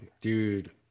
Dude